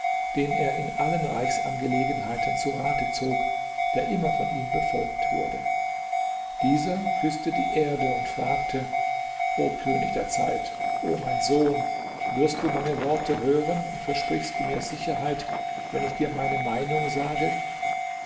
den er in allen reichsangelegenheiten zu rate zog der immer von ihm befolgt wurde dieser küßte die erde und fragte o könig der zeit o mein sohn wirst du meine worte hören und versprichst du mir sicherheit wenn ich dir meine meinung sage